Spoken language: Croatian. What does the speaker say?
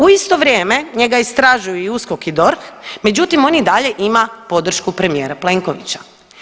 U isto vrijeme, njega istražuju i USKOK i DORH, međutim, on i dalje ima podršku premijera Plenkovića.